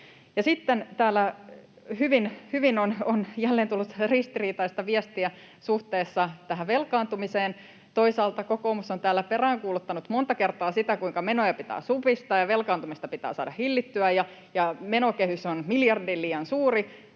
Sitten täällä on jälleen tullut hyvin ristiriitaista viestiä suhteessa tähän velkaantumiseen. Toisaalta kokoomus on täällä peräänkuuluttanut monta kertaa sitä, kuinka menoja pitää supistaa ja velkaantumista pitää saada hillittyä ja menokehys on miljardin liian suuri,